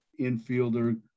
infielder